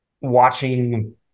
watching